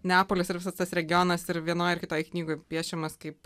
neapolis ir visas tas regionas ir vienoj ar kitoj knygoj piešiamas kaip